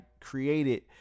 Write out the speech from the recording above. created